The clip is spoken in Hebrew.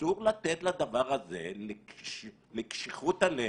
אסור לתת לקשיחות הלב,